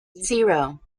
zero